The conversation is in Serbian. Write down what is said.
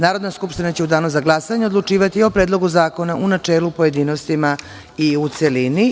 Narodna skupština će u Danu za glasanje odlučivati o Predlogu zakona u načelu, pojedinostima i u celini.